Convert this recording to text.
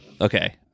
okay